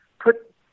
put